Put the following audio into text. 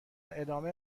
ادامه